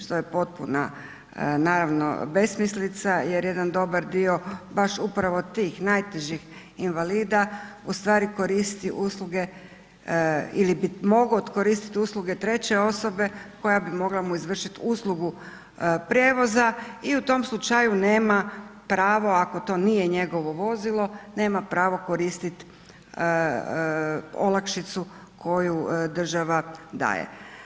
Što je potpuna naravno besmislica jer jedan dobar dio baš upravo tih najtežih invalida u stvari koristi usluge ili bi mogao koristiti usluge treće osobe koja bi mogla mu izvršiti uslugu prijevoza i u tom slučaju nema pravo, ako to nije njegovo vozilo, nema pravo koristiti olakšicu koju država daje.